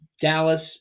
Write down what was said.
Dallas